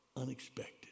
Unexpected